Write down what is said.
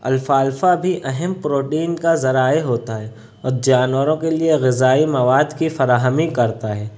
الفالفا بھی اہم پروٹین کا ذرائع ہوتا ہے اور جانوروں کے لیے غذائی مواد کی فراہمی کرتا ہے